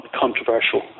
controversial